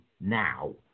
now